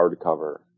hardcover